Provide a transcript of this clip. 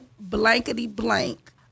blankety-blank